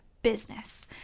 business